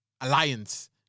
alliance